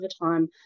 overtime